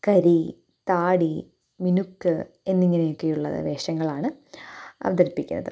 കരി താടി മിനുക്ക് എന്നിങ്ങനെയൊക്കെയുള്ളത് വേഷങ്ങളാണ് അവതരിപ്പിക്കുന്നത്